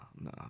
no